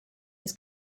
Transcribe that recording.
his